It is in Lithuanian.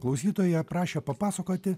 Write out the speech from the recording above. klausytoja prašė papasakoti